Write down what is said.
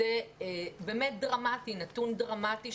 שזה באמת נתון דרמטי.